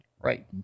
Right